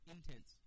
Intense